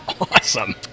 awesome